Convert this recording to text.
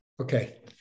Okay